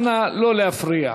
אנא, לא להפריע.